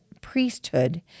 priesthood